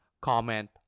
comment